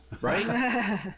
right